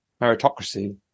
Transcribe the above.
meritocracy